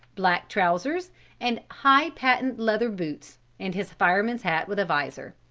black trousers and high patent leather boots and his fireman's hat with a visor.